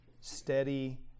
steady